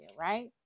right